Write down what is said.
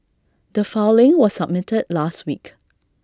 the filing was submitted last week